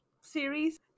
series